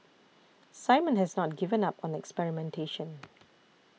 Simon has not given up on experimentation